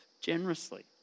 generously